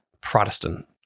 protestant